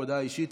בהודעה אישית,